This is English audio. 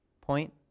Point